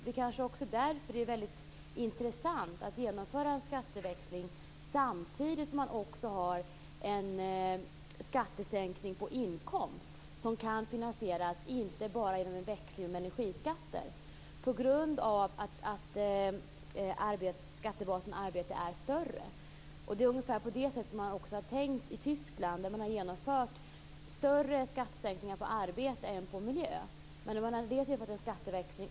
Det kanske också är därför som det är väldigt intressant att genomföra en skatteväxling samtidigt som man också genomför en skattesänkning på inkomst som kan finansieras inte bara genom en växling av energiskatter på grund av att skattebasen på arbete är större. Det är ungefär på det sättet som man har tänkt också i Tyskland, där man har genomfört större skattesänkningar på arbete än på miljö. Man har genomfört en skatteväxling.